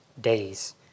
days